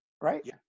right